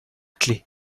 clé